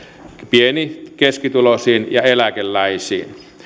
pieni keskituloisiin ja eläkeläisiin